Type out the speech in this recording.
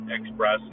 express